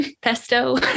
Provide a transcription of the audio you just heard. Pesto